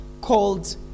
called